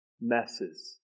messes